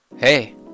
Hey